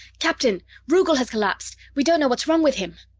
captain! rugel has collapsed! we don't know what's wrong with him.